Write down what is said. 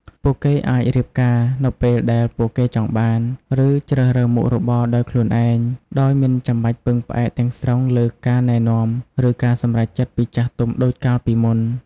ពួកគេអាចរៀបការនៅពេលដែលពួកគេចង់បាន ឬជ្រើសរើសមុខរបរដោយខ្លួនឯង ដោយមិនចាំបាច់ពឹងផ្អែកទាំងស្រុងលើការណែនាំ ឬការសម្រេចចិត្តពីចាស់ទុំដូចកាលពីមុន។